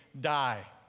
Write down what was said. die